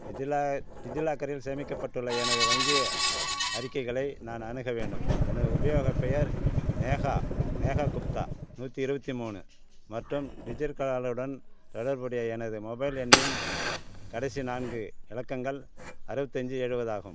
டிஜிலா டிஜிலாக்கரில் சேமிக்கப்பட்டுள்ள எனது வங்கி அறிக்கைகளை நான் அணுக வேண்டும் எனது உபயோகப் பெயர் நேஹா நேஹா குப்தா நூற்றி இருபத்தி மூணு மற்றும் டிஜிர்க்காலருடன் தொடர்புடைய எனது மொபைல் எண்ணின் கடைசி நான்கு இலக்கங்கள் அறுபத்தஞ்சி எழுபதாகும்